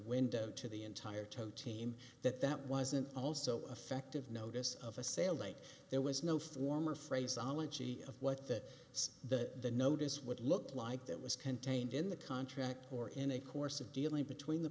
window to the entire toe team that that wasn't also effective notice of a sale like there was no form or phrase ology of what that the notice what looked like that was contained in the contract or in a course of dealings between the